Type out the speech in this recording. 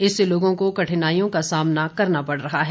इससे लोगों को कठिनाईयों का सामना करना पड़ रहा है